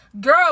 girl